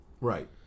Right